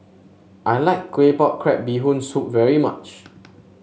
I like Claypot Crab Bee Hoon Soup very much